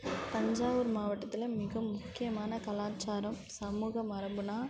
தஞ்சாவூர் மாவட்டத்தில் மிக முக்கியமான கலாச்சாரம் சமூக மரபுனால்